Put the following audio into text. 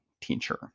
teacher